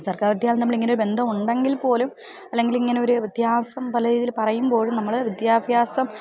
സർക്കാർ വദ്യലയം നമ്മൾ ഇങ്ങനെ ഒരു ബന്ധം ഉണ്ടെങ്കിൽ പോലും അല്ലെങ്കിൽ ഇങ്ങനെ ഒരു വ്യത്യാസം പല രീതിയിൽ പറയുമ്പോഴും നമ്മൾ വിദ്യാഭ്യാസം